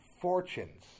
fortunes